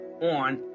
on